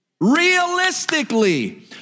Realistically